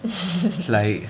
like